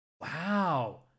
Wow